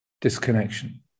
disconnection